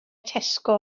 tesco